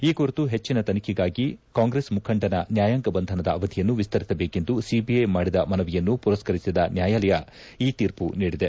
ಈ ಕುರಿತು ಹೆಚ್ಚಿನ ತನಿಖೆಗಾಗಿ ಕಾಂಗ್ರೆಸ್ ಮುಖಂಡನ ನ್ಯಾಯಾಂಗ ಬಂಧನದ ಅವಧಿಯನ್ನು ವಿಸ್ತರಿಸಬೇಕೆಂದು ಸಿಬಿಐ ಮಾಡಿದ ಮನವಿಯನ್ನು ಪುರಸ್ತರಿಸಿದ ನ್ಯಾಯಾಲಯ ಈ ತೀರ್ಮ ನೀಡಿದೆ